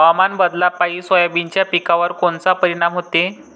हवामान बदलापायी सोयाबीनच्या पिकावर कोनचा परिणाम होते?